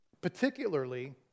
particularly